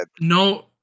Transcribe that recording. No